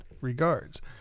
Regards